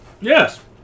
Yes